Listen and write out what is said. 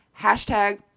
hashtag